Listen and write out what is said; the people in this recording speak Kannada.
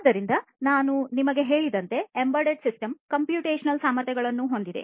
ಆದ್ದರಿಂದ ನಾನು ನಿಮಗೆ ಹೇಳಿದಂತೆ ಎಂಬೆಡೆಡ್ ಸಿಸ್ಟಮ್ ಕಂಪ್ಯೂಟೇಶನಲ್ ಸಾಮರ್ಥ್ಯಗಳನ್ನು ಹೊಂದಿದೆ